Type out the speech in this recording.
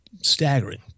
staggering